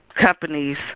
companies